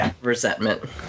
resentment